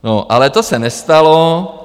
No ale to se nestalo.